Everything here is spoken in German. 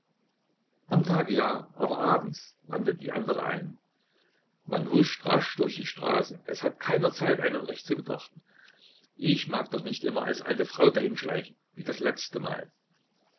am tage ja aber abends wandte die andere ein man huscht rasch durch die straße es hat keiner zeit einen recht zu betrachten ich mag doch nicht immer als alte frau dahinschleichen wie das letztemal